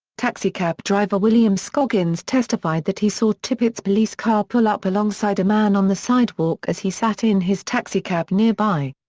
taxicab driver william william scoggins testified that he saw tippit's police car pull up alongside a man on the sidewalk as he sat in his taxicab nearby.